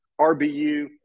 RBU